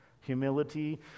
Humility